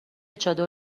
چادر